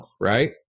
right